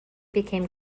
became